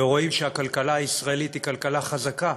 ורואים שהכלכלה הישראלית היא כלכלה חזקה.